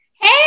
Hey